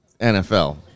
NFL